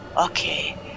okay